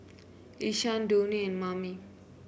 Ishaan Donnie and Mamie